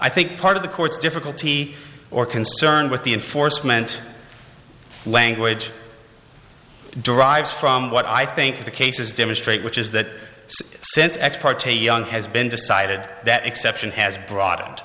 i think part of the court's difficulty or concern with the enforcement language derives from what i think the cases demonstrate which is that since ex parte young has been decided that exception has broadened